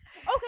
Okay